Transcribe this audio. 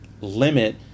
limit